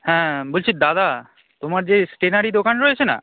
হ্যাঁ বলছি দাদা তোমার যে ষ্টেশনারী দোকান রয়েছে না